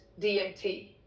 DMT